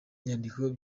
nyandiko